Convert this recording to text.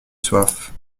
soif